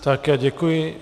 Také děkuji.